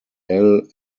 elle